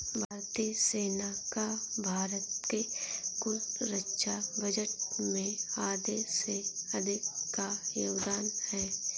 भारतीय सेना का भारत के कुल रक्षा बजट में आधे से अधिक का योगदान है